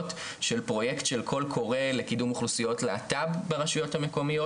של פרויקט קול קורא לקידום אוכלוסיות הלהט"ב ברשויות המקומיות.